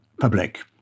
public